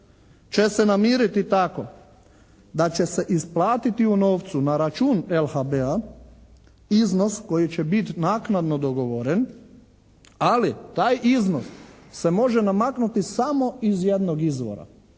će se namiriti tako da će se isplatiti u novcu na račun LHB-a iznos koji će biti naknadno dogovoren, ali taj iznos se može namaknuti samo iz jednog izvora